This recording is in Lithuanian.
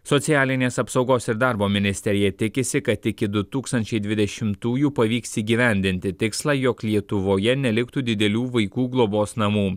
socialinės apsaugos ir darbo ministerija tikisi kad iki du tūkstančiai dvidešimtųjų pavyks įgyvendinti tikslą jog lietuvoje neliktų didelių vaikų globos namų